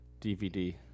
DVD